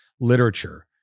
literature